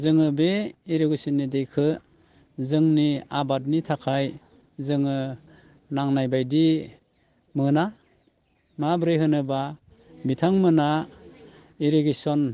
जोङो बे इरिगेसननि दैखौ जोंनि आबादनि थाखाय जोङो नांनायबायदि मोना माबोरै होनोबा बिथांमोना इरिगेसन